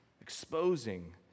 exposing